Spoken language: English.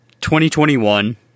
2021